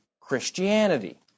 Christianity